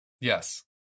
Yes